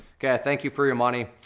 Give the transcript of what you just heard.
okay, i thank you for your money,